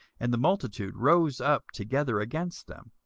and the multitude rose up together against them